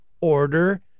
order